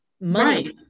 money